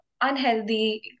unhealthy